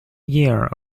year